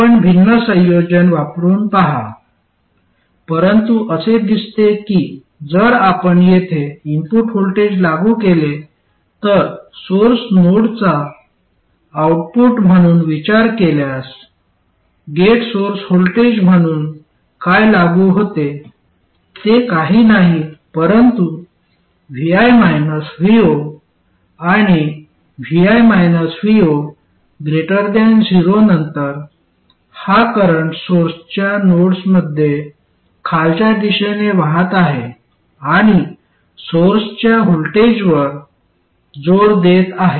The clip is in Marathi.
आपण भिन्न संयोजन वापरुन पहा परंतु असे दिसते की जर आपण येथे इनपुट व्होल्टेज लागू केले तर सोर्स नोडचा आऊटपुट म्हणून विचार केल्यास गेट सोर्स व्होल्टेज म्हणून काय लागू होते ते काही नाही परंतु vi vo आणि vi - vo 0 नंतर हा करंट सोर्सच्या नोडमध्ये खालच्या दिशेने वाहत आहे आणि सोर्सच्या व्होल्टेज वर जोर देत आहे